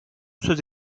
söz